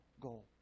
goal